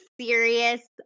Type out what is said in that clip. serious